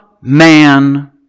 man